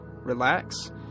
relax